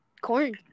corn